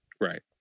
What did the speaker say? Right